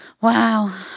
Wow